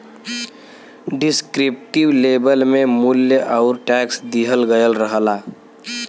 descriptive label में मूल्य आउर टैक्स दिहल गयल रहला